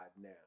now